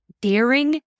daring